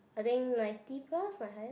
I think ninety plus my highest